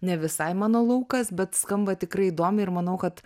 ne visai mano laukas bet skamba tikrai įdomiai ir manau kad